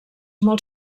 molt